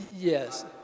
Yes